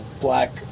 black